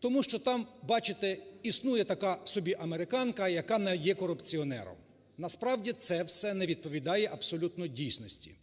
тому що там, бачите, існує така собі американка, яка не є корупціонером. Насправді це все не відповідає абсолютно дійсності.